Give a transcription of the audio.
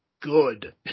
good